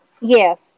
Yes